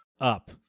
up